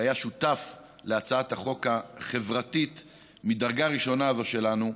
שהיה שותף להצעת החוק החברתית מהדרגה הראשונה הזאת שלנו,